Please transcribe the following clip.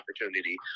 opportunity